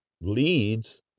leads